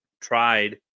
tried